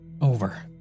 Over